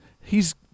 hes